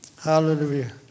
hallelujah